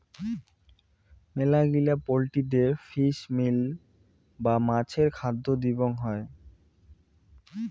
মেলাগিলা পোল্ট্রিদের fish meal বা মাছের খাদ্য দিবং হই